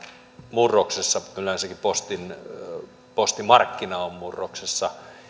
murroksessa yleensäkin postimarkkina on murroksessa